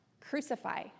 Crucify